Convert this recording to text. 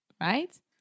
right